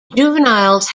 juveniles